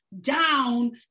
down